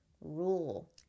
rule